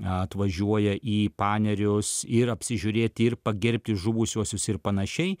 atvažiuoja į panerius ir apsižiūrėti ir pagerbti žuvusiuosius ir panašiai